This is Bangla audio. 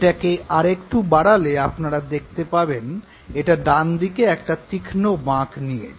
এটাকে একটু বাড়ালে আপনারা দেখতে পাবেন এটা ডানদিকে একটা তীক্ষ্ণ বাঁক নিয়েছে